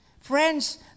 Friends